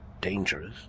dangerous